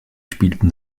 spielten